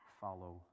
Follow